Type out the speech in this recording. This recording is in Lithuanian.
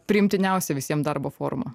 priimtiniausią visiem darbo formą